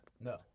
No